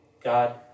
God